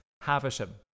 Havisham